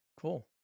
Cool